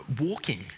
walking